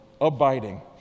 abiding